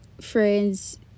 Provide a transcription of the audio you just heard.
friends